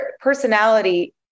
personality